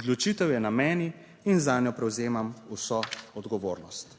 "Odločitev je na meni in za njo prevzemam vso odgovornost."